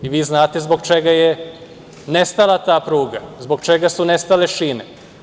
I vi znate zbog čega je nestala ta pruga, zbog čega su nestale šine.